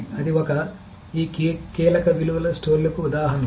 అది ఒక ఈ కీలక విలువ స్టోర్లకు ఉదాహరణలు